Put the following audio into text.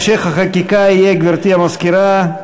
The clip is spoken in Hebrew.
(פיצוי לנאשם שזוכה),